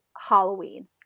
Halloween